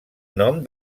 nom